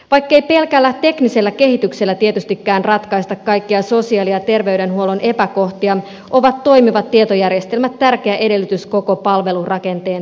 vaikkei pelkällä teknisellä kehityksellä tietystikään ratkaista kaikkia sosiaali ja terveydenhuollon epäkohtia ovat toimivat tietojärjestelmät tärkeä edellytys koko palvelurakenteen toimivuudelle